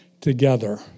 together